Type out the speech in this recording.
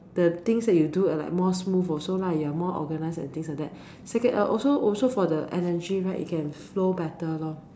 the things that you do are like more smooth also lah you're more organized and things like that second uh also for the energy right it can flow better lor